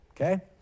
okay